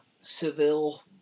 Seville